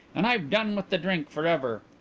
and i've done with the drink for ever.